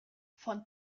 von